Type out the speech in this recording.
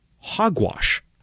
hogwash